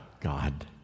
God